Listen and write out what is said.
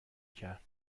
کرد